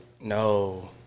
No